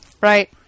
Right